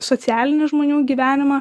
socialinį žmonių gyvenimą